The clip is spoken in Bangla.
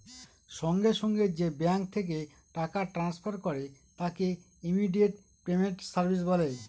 সঙ্গে সঙ্গে যে ব্যাঙ্ক থেকে টাকা ট্রান্সফার করে তাকে ইমিডিয়েট পেমেন্ট সার্ভিস বলে